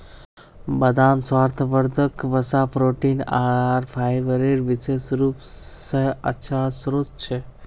बदाम स्वास्थ्यवर्धक वसा, प्रोटीन आर फाइबरेर विशेष रूप स अच्छा स्रोत छ